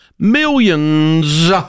millions